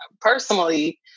personally